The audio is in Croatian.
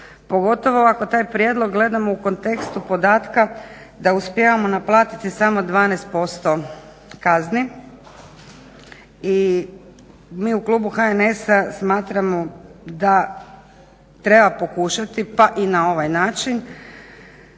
pogotovo ako taj prijedlog gledamo u kontekstu podatka da uspijevamo naplatiti samo 12% kazni i mi u klubu HNS-a smatramo da treba pokušati, pa i na ovaj način